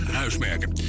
huismerken